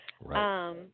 Right